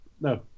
no